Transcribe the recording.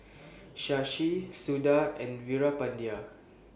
Shashi Suda and Veerapandiya